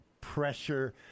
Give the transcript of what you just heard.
pressure